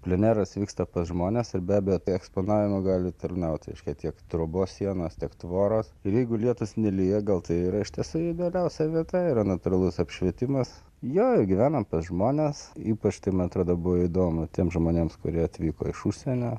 pleneras vyksta pas žmones ir be abejo tai eksponavimui gali tarnauti reiškia tiek trobos sienos tiek tvoros ir jeigu lietus nelyja gal tai yra iš tiesų idealiausia vieta yra natūralus apšvietimas jo gyvenam pas žmones ypač tai man atrodo buvo įdomu tiems žmonėms kurie atvyko iš užsienio